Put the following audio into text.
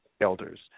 elders